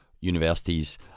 universities